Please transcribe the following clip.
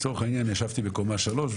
לצורך העניין ישבתי בקומה 3,